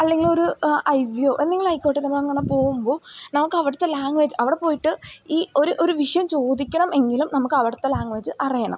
അല്ലെങ്കിലൊരു ഐ വിയോ എന്തെങ്കിലും ആയിക്കോട്ടെ നമ്മളങ്ങനെ പോവുമ്പോൾ നമുക്കവിടുത്തെ ലാംഗ്വേജ് അവിടെ പോയിട്ട് ഈ ഒരു ഒരു വിഷയം ചോദിക്കണം എങ്കിലും നമുക്കവിടുത്തെ ലാംഗ്വേജ് അറിയണം